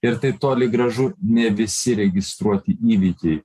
ir tai toli gražu ne visi registruoti įvykiai